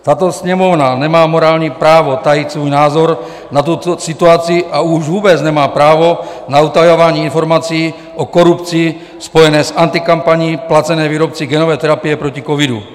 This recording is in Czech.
Tato Sněmovna nemá morální právo tajit svůj názor na tuto situaci a už vůbec nemá právo na utajování informací o korupci spojené s antikampaní placenou výrobci genové terapie proti covidu.